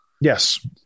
Yes